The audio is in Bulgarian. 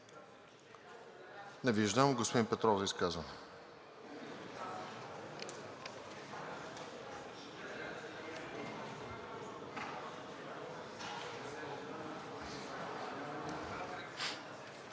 Не виждам. Господин Петров – за изказване.